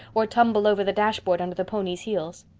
or tumble over the dashboard under the pony's heels.